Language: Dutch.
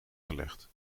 gelegd